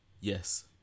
Yes